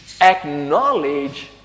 acknowledge